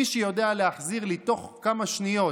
מי שיודע לענות לי תוך כמה שניות